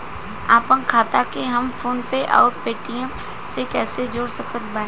आपनखाता के हम फोनपे आउर पेटीएम से कैसे जोड़ सकत बानी?